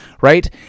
right